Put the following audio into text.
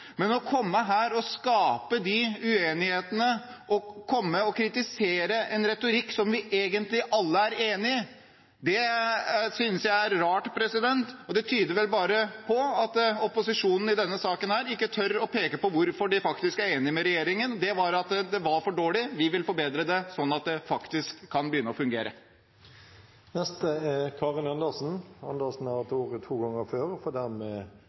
Å komme her og skape uenighet og kritisere en retorikk som vi egentlig alle er enig i, synes jeg er rart. Det tyder vel bare på at opposisjonen i denne saken ikke tør å peke på hvorfor de faktisk er enig med regjeringen – at det var for dårlig, at vi vil forbedre det, slik at det faktisk kan begynne å fungere. Representanten Karin Andersen har hatt ordet to ganger tidligere og får dermed